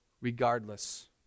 regardless